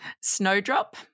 Snowdrop